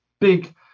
big